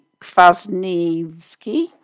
Kwasniewski